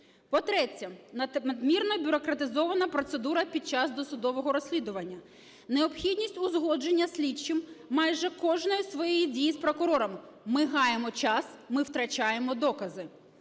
По-третє, надмірно бюрократизована процедура під час досудового розслідування. Необхідність узгодження слідчим майже кожної своєї дії з прокурором. Ми гаємо час, ми втрачаємо докази.